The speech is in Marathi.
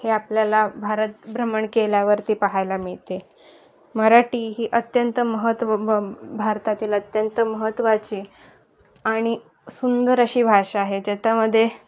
हे आपल्याला भारतभ्रमण केल्यावरती पाहायला मिळते मराठी ही अत्यंत महत्त्व भारतातील अत्यंत महत्त्वाची आणि सुंदर अशी भाषा आहे ज्याच्यामध्ये